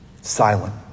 Silent